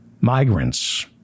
migrants